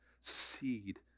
seed